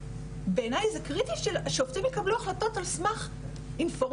בעיניי זה קריטי שהשופטים יקבלו החלטות על סמך אינפורמציה,